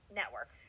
network